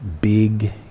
big